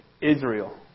Israel